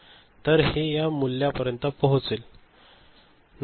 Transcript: तर हे या मूल्या पर्यंत पोहोचले